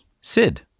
Sid